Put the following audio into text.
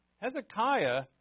Hezekiah